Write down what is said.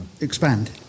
expand